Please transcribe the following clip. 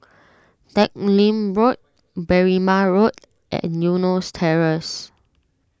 Teck Lim Road Berrima Road and Eunos Terrace